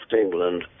England